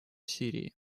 сирии